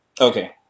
Okay